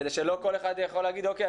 כדי שלא כל אחד יוכל להגיד אוקיי,